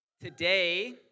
Today